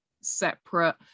separate